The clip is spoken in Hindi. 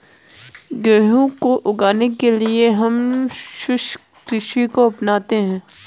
गेहूं को उगाने के लिए हम शुष्क कृषि को अपनाते हैं